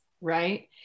Right